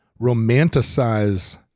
romanticize